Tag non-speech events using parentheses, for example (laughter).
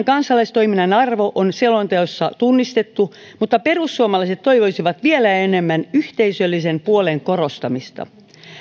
(unintelligible) kansalaistoiminnan arvo on selonteossa tunnistettu mutta perussuomalaiset toivoisivat vielä enemmän yhteisöllisen puolen korostamista